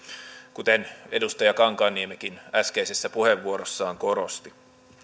kuten edustaja kankaanniemikin äskeisessä puheenvuorossaan korosti